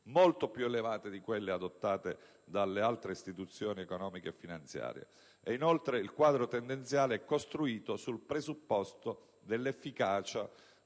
molto più elevate di quelle adottate dalle altre istituzioni economiche e finanziarie; inoltre, il quadro tendenziale è costruito sul presupposto dell'efficacia